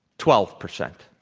twelve percent.